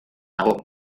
nago